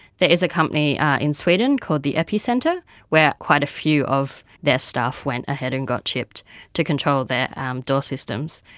is a company in sweden called the epicenter where quite a few of their staff went ahead and got chipped to control their door systems.